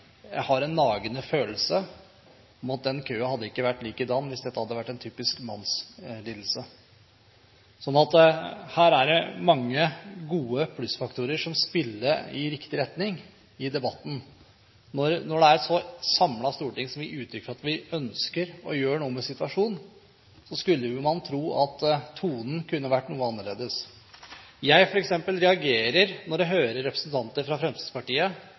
jeg har en nagende følelse av at den køen ikke hadde vært like lang hvis dette hadde vært en typisk mannslidelse. Her er det mange gode plussfaktorer som spiller i riktig retning i debatten. Når det er et så samlet storting som gir uttrykk for at vi ønsker å gjøre noe med situasjonen, skulle man tro at tonen kunne ha vært noe annerledes. Jeg, f.eks., reagerer når jeg hører representanter fra Fremskrittspartiet